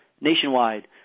nationwide